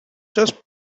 just